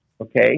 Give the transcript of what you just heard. Okay